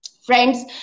Friends